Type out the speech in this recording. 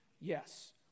Yes